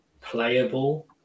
playable